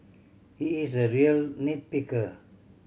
he is a real nit picker